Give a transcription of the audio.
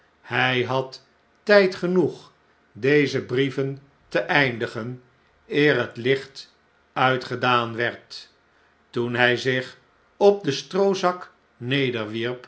hij had tijd genoeg deze brieven te eindigen eer het licht uitgedaan werd toen hij zich op den stroozak